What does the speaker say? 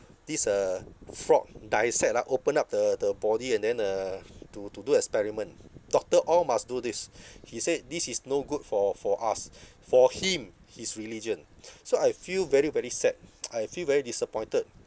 this uh frog dissect like open up the the body and then uh to to do experiment doctor all must do this he said this is no good for for us for him his religion so I feel very very sad I feel very disappointed